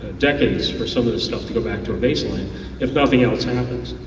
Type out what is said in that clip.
decades for some of the stuff to go back to a baseline if nothing else happens.